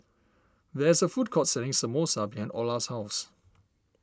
there is a food court selling Samosa behind Orla's house